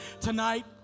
tonight